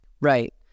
Right